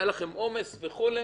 היה לכם עומס וכולי